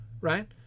right